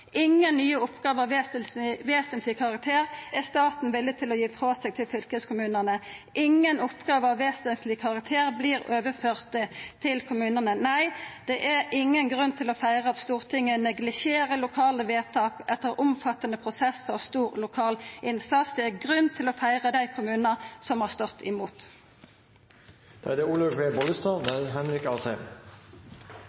Ingen nye oppgåver av vesentleg karakter er staten villig til å gi frå seg til fylkeskommunane. Ingen oppgåver av vesentleg karakter vert overførte til kommunane. Nei, det er ingen grunn til å feira at Stortinget neglisjerer lokale vedtak etter omfattande prosessar og stor lokal innsats. Det er grunn til å feira dei kommunane som har stått imot.